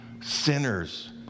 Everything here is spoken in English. sinners